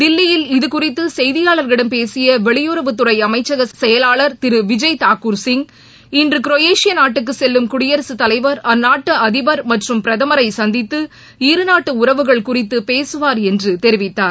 தில்லியில் இது குறித்து செய்தியாளர்களிடம் பேசிய வெளியுறவுத்துறை அமைச்சக செயலாளர் திருமதி விஜய் தாக்கூர் சிங் இன்று குரேஷிய நாட்டுக்கு செல்லும் குடியரசுத் தலைவர் அந்நாட்டு அதிபர் மற்றும் பிரதமரை சந்தித்து இரு நாட்டு உறவுகள் குறித்து பேகவார் என்று தெரிவித்தார்